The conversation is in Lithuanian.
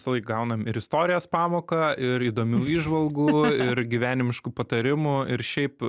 visąlaik gaunam ir istorijos pamoką ir įdomių įžvalgų ir gyvenimiškų patarimų ir šiaip